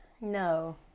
No